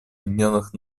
объединенных